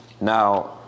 Now